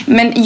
Men